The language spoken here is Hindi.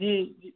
जी